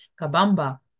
Kabamba